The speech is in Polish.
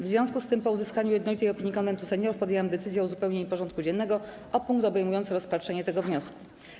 W związku z tym, po uzyskaniu jednolitej opinii Konwentu Seniorów, podjęłam decyzję o uzupełnieniu porządku dziennego o punkt obejmujący rozpatrzenie tego wniosku.